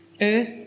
Earth